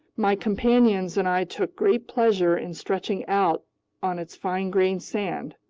my companions and i took great pleasure in stretching out on its fine-grained sand.